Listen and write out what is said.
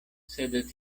sed